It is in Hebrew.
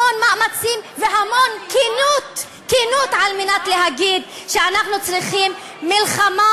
המון מאמצים והמון כנות על מנת להגיד שאנחנו צריכים מלחמה.